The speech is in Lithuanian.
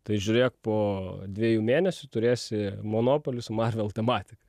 tai žiūrėk po dviejų mėnesių turėsi monopolį su marvel tematik